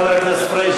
חבר הכנסת פריג',